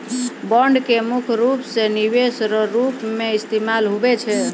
bond के मुख्य रूप से निवेश रो रूप मे इस्तेमाल हुवै छै